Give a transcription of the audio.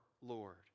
Lord